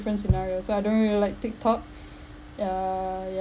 different scenario so I don't really like tiktok yeah yeah